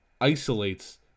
isolates